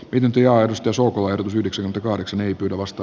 pidempi ja edustus ulkoa yhdeksi kaudeksi myyty vasta